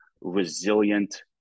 resilient